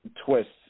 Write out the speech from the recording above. twists